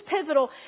pivotal